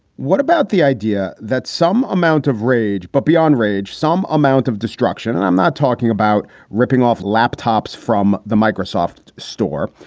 what about the idea that some amount of rage, but beyond rage, some amount of destruction? and i'm not talking about ripping off laptops from the microsoft store,